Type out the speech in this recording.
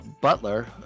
Butler